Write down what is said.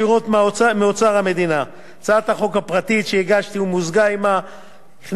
הצעת החוק הפרטית שהגשתי ומוזגה עמה הכניסה את כולם כשווים אל שווים,